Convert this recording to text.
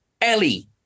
Ellie